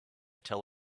tell